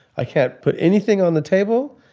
i can't put anything on the table.